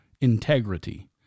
integrity